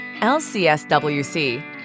LCSWC